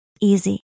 easy